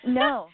no